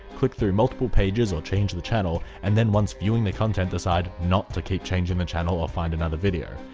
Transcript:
click through multiple pages or change the channel and then once viewing the content decide not to keep changing the channel or find another video.